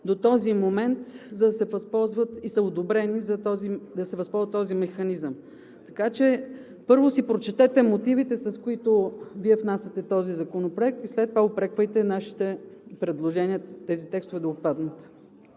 до този момент и са одобрени, за да се възползват от този механизъм. Първо си прочетете мотивите, с които Вие внасяте този законопроект, и след това упреквайте нашите предложения тези текстове да отпаднат!